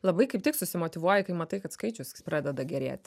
labai kaip tik susimotyvuoji kai matai kad skaičius pradeda gerėt